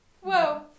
Whoa